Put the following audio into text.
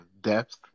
depth